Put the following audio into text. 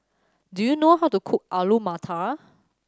do you know how to cook Alu Matar